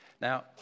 Now